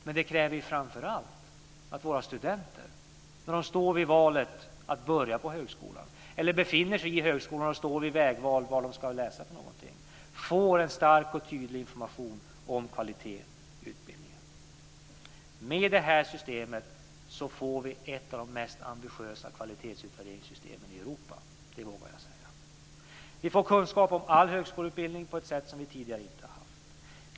Men det kräver ju framför allt att våra studenter när de står vid valet att börja på högskolan, eller befinner sig i högskolan och står vid vägval vad de ska läsa, får en stark och tydlig information om kvalitet i utbildningen. Med detta system får vi ett av de mest ambitiösa kvalitetsutvärderingssystemen i Europa. Det vågar jag säga. Vi får kunskap om all högskoleutbildning på ett sätt som vi tidigare inte har haft.